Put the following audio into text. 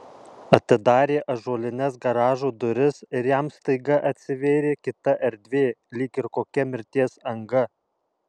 atidarė ąžuolines garažo duris ir jam staiga atsivėrė kita erdvė lyg ir kokia mirties anga